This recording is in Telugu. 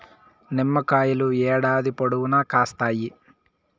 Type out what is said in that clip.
నిమ్మకాయలు ఏడాది పొడవునా కాస్తాయి